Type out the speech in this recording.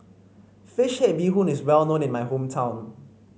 fish head Bee Hoon is well known in my hometown